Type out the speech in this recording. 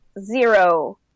zero